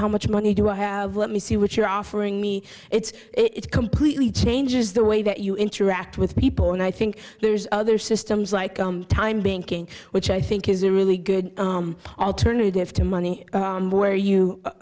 how much money do i have let me see what you're offering me it's it completely changes the way that you interact with people and i think there's other systems like time being king which i think is a really good alternative to money where you